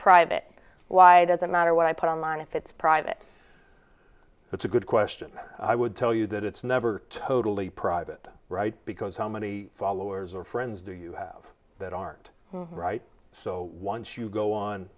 private why does it matter what i put online if it's private it's a good question i would tell you that it's never totally private right because how many followers or friends do you have that aren't right so once you go on